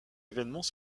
évènements